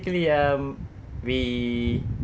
um we